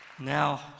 Now